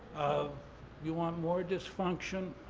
you want more dysfunction?